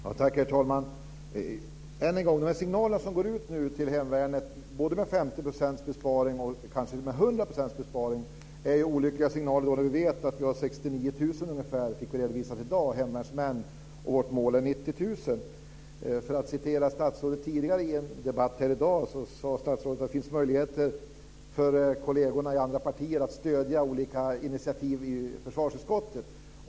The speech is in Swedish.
Herr talman! Än en gång: de signaler som nu går ut till Hemvärnet om 50 % besparing, kanske t.o.m. 100 % besparing, är olyckliga signaler, när vi vet att det finns ungefär 69 000 hemvärnsmän och vårt mål är 90 000. Statsrådet sade i en debatt tidigare i dag att det finns möjlighet för kolleger i andra partier att stödja olika initiativ i försvarsutskottet.